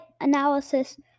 analysis